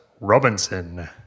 robinson